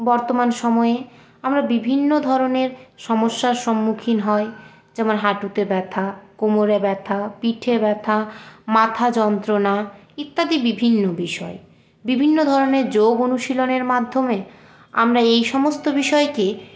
বর্তমান সময়ে আমরা বিভিন্ন ধরনের সমস্যার সম্মুখীন হয় যেমন হাঁটুতে ব্যথা কোমরে ব্যথা পিঠে ব্যথা মাথা যন্ত্রণা ইত্যাদি বিভিন্ন বিষয় বিভিন্ন ধরনের যোগ অনুশীলনের মাধ্যমে আমরা এই সমস্ত বিষয়কে